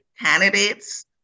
candidates